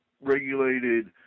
regulated –